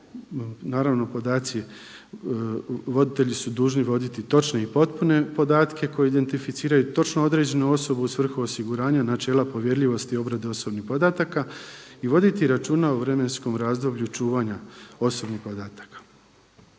Naravno, podaci, voditelji su dužni voditi točne i potpune podatke koji identificiraju točno određenu osobu u svrhu osiguranja načela povjerljivosti obrade osobnih podataka i voditi računa o vremenskom razdoblju čuvanja osobnih podataka.